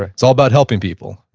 it's all about helping people,